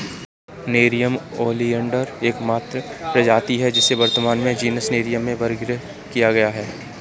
nerium oleander एकमात्र प्रजाति है जिसे वर्तमान में जीनस नेरियम में वर्गीकृत किया गया है